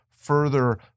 Further